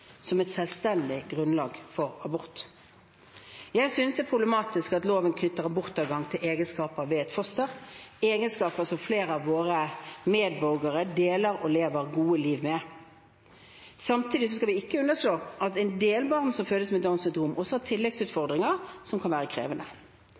som et selvstendig grunnlag for abort. Jeg synes det er problematisk at loven knytter abortadgangen til egenskaper ved et foster – egenskaper som flere av våre medborgere deler og lever et godt liv med. Samtidig skal vi ikke underslå at en del barn som fødes med Downs syndrom, også har